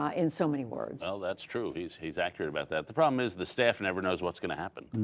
ah in so many words ah that's true. he's he's accurate about that. the problem is, the staff never knows what's going to happen. and